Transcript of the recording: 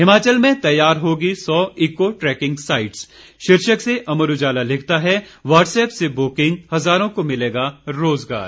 हिमाचल में तैयार होगी सौ ईको ट्रैकिंग साईट शीर्षक से अमर उजाला लिखता है ब्हाट्सऐप से बुकिंग हजारों को मिलेगा रोज़गार